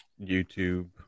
youtube